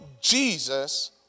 Jesus